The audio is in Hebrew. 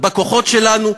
בכוחות שלנו,